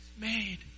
made